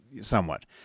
somewhat